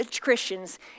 Christians